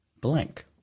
blank